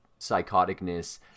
psychoticness